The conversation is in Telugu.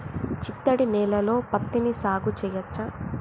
చిత్తడి నేలలో పత్తిని సాగు చేయచ్చా?